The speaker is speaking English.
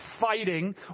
fighting